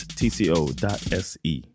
tco.se